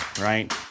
right